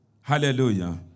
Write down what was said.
Hallelujah